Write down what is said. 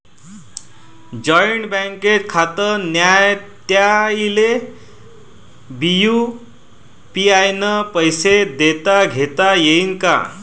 ज्याईचं बँकेत खातं नाय त्याईले बी यू.पी.आय न पैसे देताघेता येईन काय?